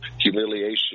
humiliation